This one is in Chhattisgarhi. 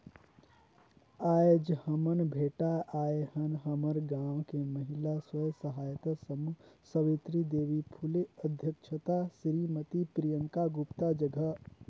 आयज हमन भेटाय आय हन हमर गांव के महिला स्व सहायता समूह सवित्री देवी फूले अध्यक्छता सिरीमती प्रियंका गुप्ता जघा